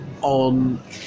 on